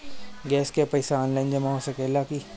Gas के पइसा online जमा हो सकेला की?